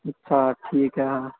ਅੱਛਾ ਠੀਕ ਆ